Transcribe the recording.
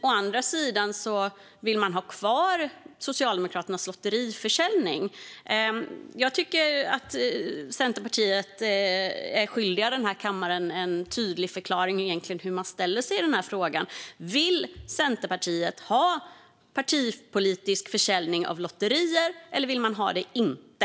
Å andra sidan vill man ha kvar Socialdemokraternas lottförsäljning. Jag tycker att Centerpartiet är skyldiga den här kammaren en tydlig förklaring till hur man ställer sig i frågan. Vill Centerpartiet ha partipolitisk försäljning av lotter eller inte?